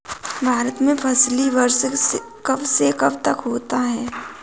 भारत में फसली वर्ष कब से कब तक होता है?